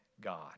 God